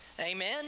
amen